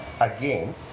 again